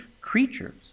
creatures